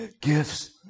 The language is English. gifts